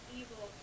evil